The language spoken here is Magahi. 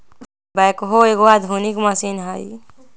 बैकहो एगो आधुनिक मशीन हइ